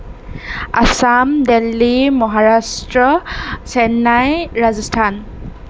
Assam Delhi Maharashtra Chennai Rajasthan